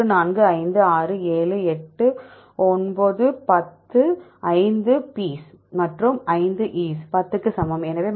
1 2 3 4 5 6 7 8 9 10 5 P's மற்றும் 5 E's 10 க்கு சமம்